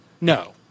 No